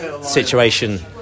situation